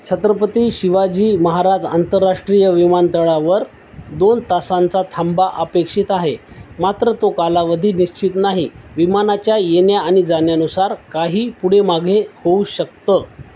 छत्रपती शिवाजी महाराज आंतरराष्ट्रीय विमानतळावर दोन तासांचा थांबा अपेक्षित आहे मात्र तो कालावधी निश्चित नाही विमानाच्या येण्या आणि जाण्यानुसार काही पुढे मागे होऊ शकतं